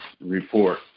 report